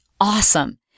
Awesome